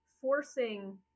forcing